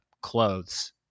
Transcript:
clothes